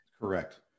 Correct